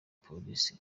polisi